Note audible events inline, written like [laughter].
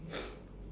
[noise]